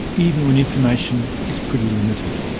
even when information is pretty limited.